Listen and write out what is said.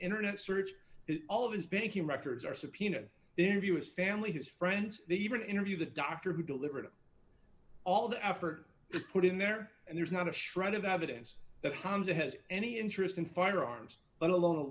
internet search all of his banking records are subpoena interview his family his friends even interview the doctor who delivered all the effort is put in there and there's not a shred of evidence that honda has any interest in firearms let alone a